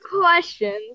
questions